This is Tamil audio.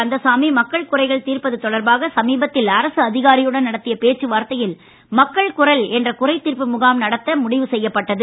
கந்தசாமி மக்கள் குறைகள் தீர்ப்பது தொடர்பாக சமீபத்தில் அரசு அதிகாரியுடன் நடத்திய பேச்சுவார்த்தையில் மக்கள் குரல் என்ற குறை தீர்ப்பு முகாம் நடத்த முடிவு செய்யப்பட்டது